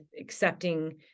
accepting